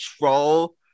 troll